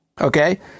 Okay